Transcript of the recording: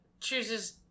chooses